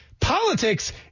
politics